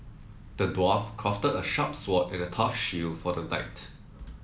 the dwarf crafted a sharp sword and a tough shield for the knight